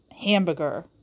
hamburger